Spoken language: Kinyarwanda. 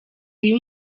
iyo